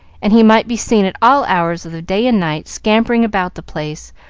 and he might be seen at all hours of the day and night scampering about the place,